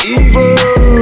evil